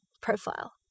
profile